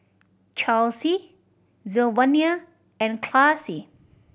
Chelsey Sylvania and Classie